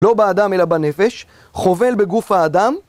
לא באדם אלא בנפש, חובל בגוף האדם.